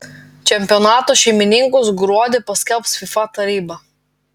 čempionato šeimininkus gruodį paskelbs fifa taryba